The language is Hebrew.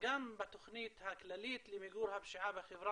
גם בתוכנית הכללית למיגור הפשיעה בחברה